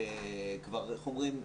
איך אומרים?